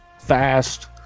fast